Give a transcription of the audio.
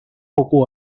透过